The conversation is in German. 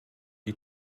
die